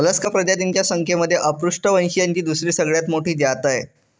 Mollusca प्रजातींच्या संख्येमध्ये अपृष्ठवंशीयांची दुसरी सगळ्यात मोठी जात आहे